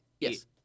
Yes